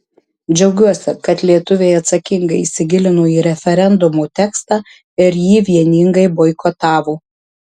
džiaugiuosi kad lietuviai atsakingai įsigilino į referendumo tekstą ir jį vieningai boikotavo